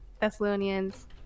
Thessalonians